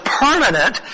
permanent